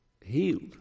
healed